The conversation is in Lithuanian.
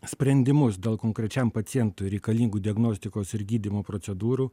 sprendimus dėl konkrečiam pacientui reikalingų diagnostikos ir gydymo procedūrų